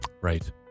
right